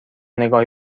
نگاهی